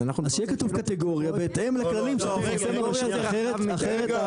אז שיהיה כתוב קטגוריה בהתאם לכללים שתפרסם הרשות לתחרות.